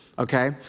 Okay